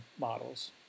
models